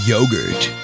Yogurt